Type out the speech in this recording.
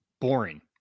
boring